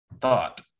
thought